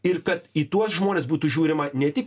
ir kad į tuos žmones būtų žiūrima ne tik